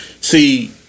See